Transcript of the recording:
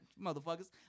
motherfuckers